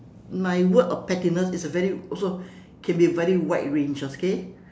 my word of pettiness is a very also can also be a very wide range okay